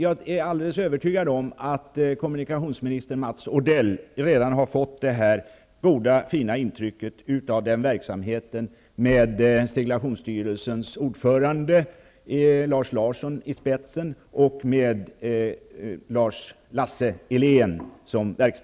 Jag är övertygad om att kommunikationsminister Mats Odell redan har fått det här goda, fina intrycket av den verksamheten med Seglationsstyrelsens ordförande Lars Larsson i spetsen och med Lars